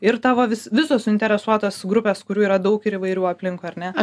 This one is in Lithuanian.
ir tavo vis visos suinteresuotos grupės kurių yra daug ir įvairių aplinkui ar ne